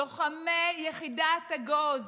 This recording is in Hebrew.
לוחמי יחידת אגוז,